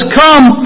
come